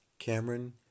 Cameron